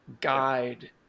guide